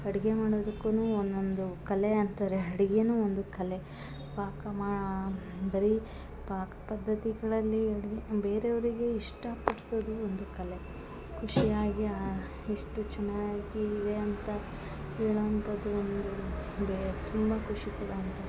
ಅಡ್ಗೆ ಮಾಡೋದುಕ್ಕನು ಒಂದೊಂದು ಕಲೆ ಅಂತರೆ ಅಡ್ಗಿನು ಒಂದು ಕಲೆ ಪಾಕ ಮಾ ಬರೀ ಪಾಕ ಪದ್ಧತಿಗಳಲ್ಲಿ ಅಡ್ಗಿ ಅಂಬ್ ಬೇರೆ ಅವರಿಗೆ ಇಷ್ಟ ಪಡ್ಸೋದು ಒಂದು ಕಲೆ ಖುಷಿಯಾಗೆ ಇಷ್ಟು ಚೆನ್ನಾಗಿದೆ ಅಂತ ಹೇಳೋವಂಥದ್ದು ಒಂದು ಬೇ ತುಂಬ ಖುಷಿ ಪಡೋವಂಥ